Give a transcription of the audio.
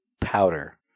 powder